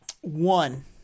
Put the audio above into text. One